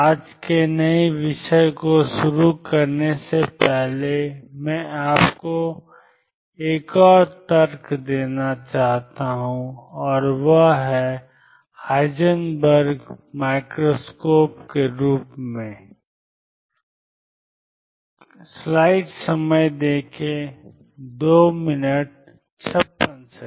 आज के नए विषय को शुरू करने से पहले मैं आपको एक और तर्क देना चाहता हूं और वह है हाइजेनबर्ग माइक्रोस्कोप के रूप में जाना जाता है